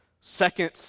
second